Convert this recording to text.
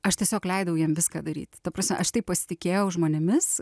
aš tiesiog leidau jiem viską daryt ta prasme aš taip pasitikėjau žmonėmis